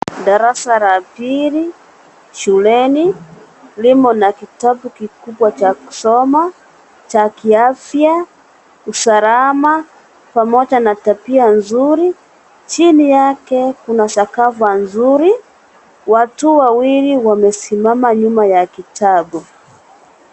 Darasa la pili shuleni, limo na kitabu kikubwa cha kusoma cha kiafya, usalama, pamoja na tabia nzuri. Chini yake kuna sakafu nzuri. Watu wawili wamesimama nyuma ya kitabu.